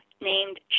named